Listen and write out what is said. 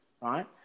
right